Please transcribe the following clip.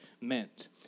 Meant